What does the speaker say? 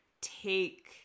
take